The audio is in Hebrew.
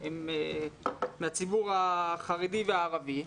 שהם מהציבור החרדי והערבי.